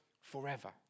forever